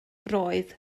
roedd